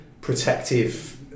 protective